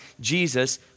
Jesus